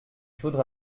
faudra